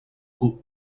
who